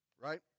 right